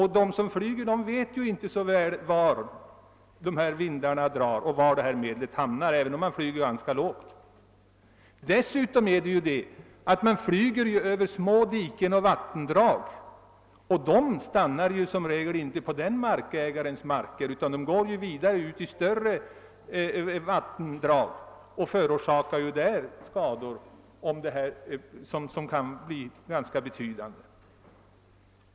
Förarna av flygplanen vet inte särskilt mycket om vart vindarna drar i väg med bekämpningsmedlet, även om man flyger ganska lågt. Dessutom flyger man Över små diken och vattendrag, och dessa stannar som regel inte inom samma markägares område utan mynnar i större vattendrag, där medlen förorsakar skador som kan bli ganska betydande.